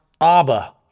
ABBA